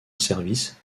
service